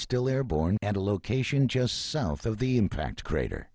still airborne and a location just south of the impact crater